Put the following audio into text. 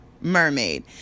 mermaid